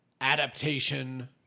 Adaptation